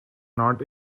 not